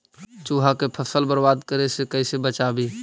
चुहा के फसल बर्बाद करे से कैसे बचाबी?